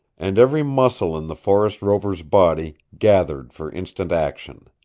and every muscle in the forest rover's body gathered for instant action.